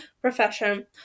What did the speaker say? profession